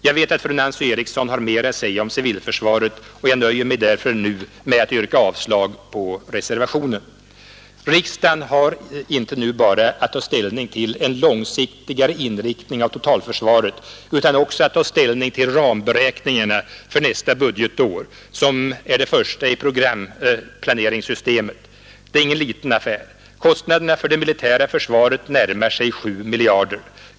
Jag vet att fru Nancy Eriksson har mera att säga om civilförsvaret, och jag nöjer mig därför nu med att yrka avslag på reservationen. Riksdagen har inte nu bara att ta ställning till en långsiktigare inriktning av totalförsvaret utan också att ta ställning till ramberäkningarna för nästa budgetår, som är det första i programplaneringssystemet. Det är ingen liten affär. Kostnaden för det militära försvaret närmar sig 7 miljarder.